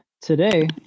today